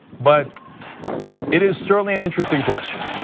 but it is certainly an interesting question,